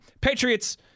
Patriots